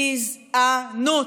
גזענות.